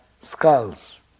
skulls